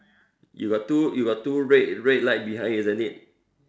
you got two you got two red red light behind isn't it